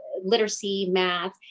literacy, math,